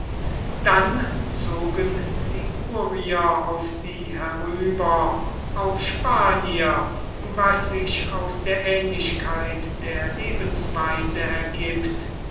dann zogen ligurier auf sie herüber auch spanier was sich aus der aehnlichkeit der lebensweise ergibt